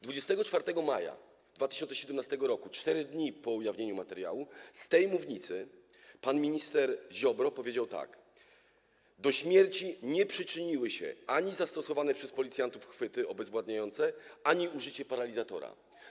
24 maja 2017 r., 4 dni po ujawnieniu materiału, z tej mównicy pan minister Ziobro powiedział tak: Do śmierci nie przyczyniły się ani zastosowane przez policjantów chwyty obezwładniające, ani użycie paralizatora.